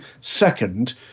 second